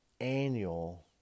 annual